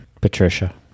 Patricia